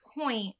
point